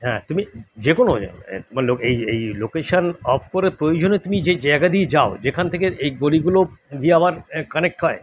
হ্যাঁ তুমি যে কোনো মানে লো এই এই লোকেশন অফ করে প্রয়োজনে তুমি যে জায়গা দিয়ে যাও যেখান থেকে এই গলিগুলো গিয়ে আবার কানেক্ট হয়